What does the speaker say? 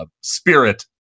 spirit